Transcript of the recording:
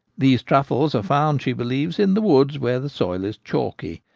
these truffles are found, she believes, in the woods where the soil is chalky.